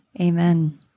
Amen